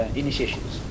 initiations